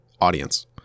audience